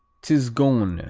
tzgone